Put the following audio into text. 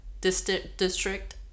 District